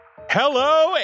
Hello